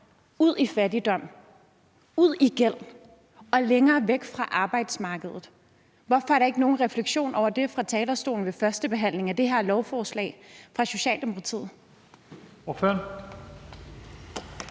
ud i fattigdom, ud i gæld og længere væk fra arbejdsmarkedet. Hvorfor er der ikke nogen refleksion over det fra talerstolen fra Socialdemokratiet ved førstebehandlingen af det her lovforslag? Kl. 12:12 Første